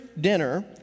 dinner